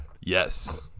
Yes